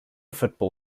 football